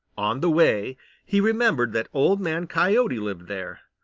on the way he remembered that old man coyote lived there.